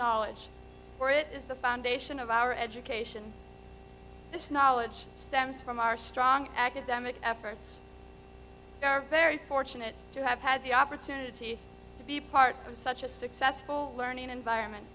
knowledge for it is the foundation of our education this knowledge stems from our strong academic efforts are very fortunate to have had the opportunity to be part of such a successful learning environment